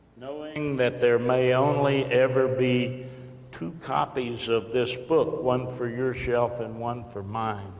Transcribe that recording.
knowing that there may only, ever be two copies of this book, one for your shelf, and one for mine?